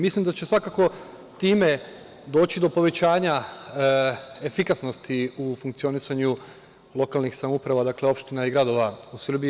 Mislim da će svakako time doći do povećanja efikasnosti u funkcionisanju lokalnih samouprava, dakle, opština i gradova u Srbiji.